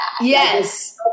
yes